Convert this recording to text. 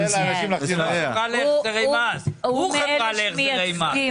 אתה לא חברה להחזרי מס, הוא חברה להחזרי מס.